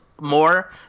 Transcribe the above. more